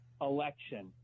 election